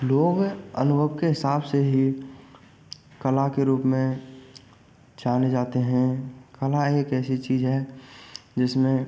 लोग अनुभव के हिसाब से ही कला के रूप में जाने जाते हैं कला एक ऐसी चीज़ है जिसमें